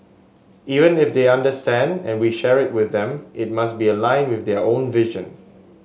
even if they understand and we share with them it must be aligned with their own vision